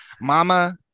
Mama